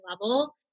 level